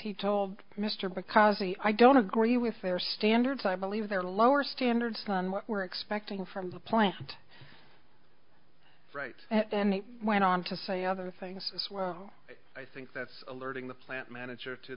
he told mr because i don't agree with their standards i believe they're lower standards on what we're expecting from supply right and then they went on to say other things as well i think that's alerting the plant manager to